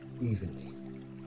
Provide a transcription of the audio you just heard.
evenly